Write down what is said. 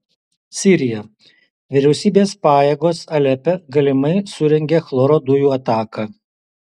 sirija vyriausybės pajėgos alepe galimai surengė chloro dujų ataką